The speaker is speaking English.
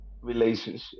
relationship